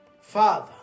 Father